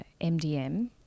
MDM